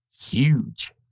huge